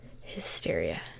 hysteria